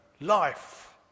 life